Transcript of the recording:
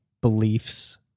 beliefs